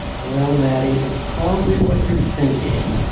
well, maddie, it's probably what you're thinking.